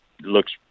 looks